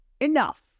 Enough